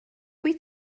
wyt